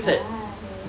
nice